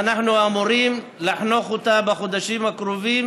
ואנחנו אמורים לחנוך אותה בחודשים הקרובים,